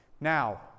Now